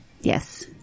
Yes